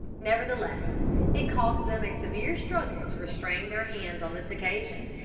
nevertheless it cost them a severe struggle to restrain their hands on this occasion,